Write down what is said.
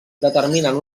determinen